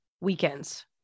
weekends